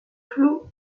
flou